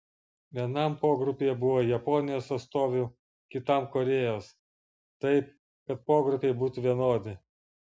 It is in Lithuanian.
vienam pogrupyje buvo japonijos atstovių kitam korėjos taip kad pogrupiai buvo vienodi